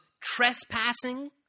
trespassing